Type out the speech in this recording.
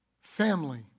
family